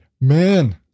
man